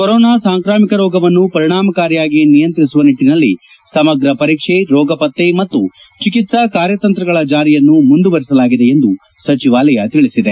corona ಸಾಂಕ್ರಾಮಿಕ ರೋಗವನ್ನು ಪರಿಣಾಮಕಾರಿಯಾಗಿ ನಿಯಂತ್ರಿಸುವ ನಿಟ್ಟಿನಲ್ಲಿ ಸಮಗ್ರ ಪರೀಕ್ಷೆ ರೋಗ ಪತ್ತೆ ಮತ್ತು ಚಿಕಿತ್ಸಾ ಕಾರ್ಯತಂತ್ರಗಳ ಜಾರಿಯನ್ನು ಮುಂದುವರೆಸಲಾಗಿದೆ ಎಂದು ಸಚಿವಾಲಯ ತಿಳಿಸಿದೆ